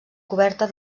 coberta